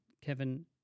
Kevin